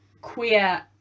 queer